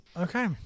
Okay